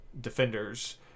defenders